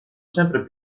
sempre